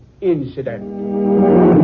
incident